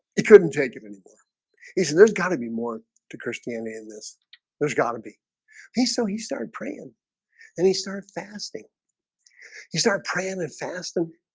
it couldn't drink of any more he said there's got to be more to christianity in this there's got to be he so he started praying then he started fasting he started praying and fasting